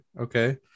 okay